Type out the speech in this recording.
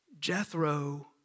Jethro